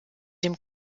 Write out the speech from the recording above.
dem